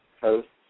hosts